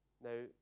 Now